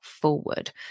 forward